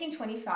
1925